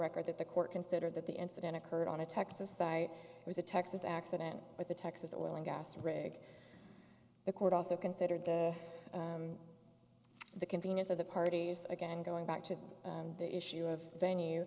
record that the court considered that the incident occurred on a texas site was a texas accident with the texas oil and gas rig the court also considered the convenience of the parties again going back to the issue of venue